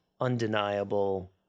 undeniable